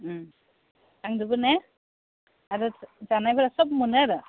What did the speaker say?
लांजोबो ने आरो जानायफोरा सोब मोनो आरो